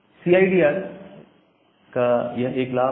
CID R यह एक लाभ है